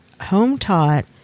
home-taught